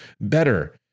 better